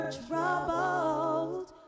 troubled